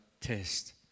test